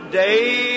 day